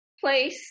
place